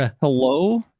Hello